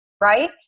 right